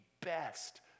best